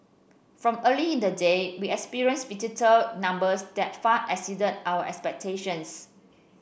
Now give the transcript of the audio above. from early in the day we experienced visitor numbers that far exceeded our expectations